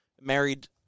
married